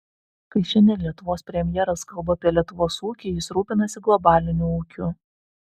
kai šiandien lietuvos premjeras kalba apie lietuvos ūkį jis rūpinasi globaliniu ūkiu